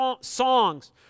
songs